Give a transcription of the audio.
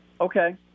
Okay